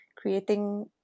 creating